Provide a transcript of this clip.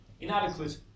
inadequate